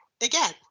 again